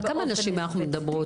על כמה נשים אנחנו מדברות,